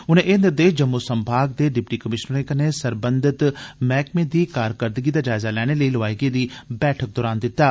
उनें एह् निर्देश जम्मू संभाग दे डिप्टी कमीशनरें कन्नै सरबंधत मैहकमें दी कारकरदगी दा जायजा लैने लेई लोआई गेदी बैठक दरान दित्ती